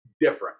different